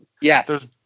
Yes